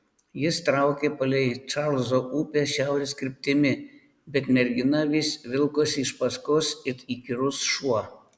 jis traukė palei čarlzo upę šiaurės kryptimi bet mergina vis vilkosi iš paskos it įkyrus šuo